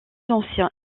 ancien